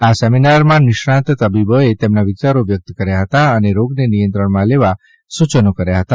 આ સેમીનારમાં નિષ્ણાત તબીબોએ તેમના વિયારો વ્યક્ત કર્યા હતા અને રોગને નિયંત્રણમાં લેવા સૂચનો કર્યા હતા